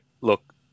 look